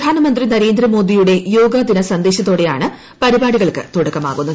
പ്രധാനമന്ത്രി നരേന്ദ്രമോദിയുടെ യോഗ ദിന സന്ദേശത്തോടെയാണ് പരിപാടികൾക്ക് തുടക്കമാകുന്നത്